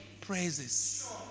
praises